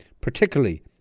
particularly